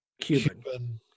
Cuban